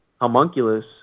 homunculus